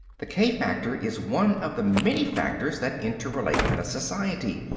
the k-factor is one of the many factors that interrelate in a society.